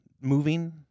moving